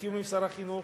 בתיאום עם שר החינוך,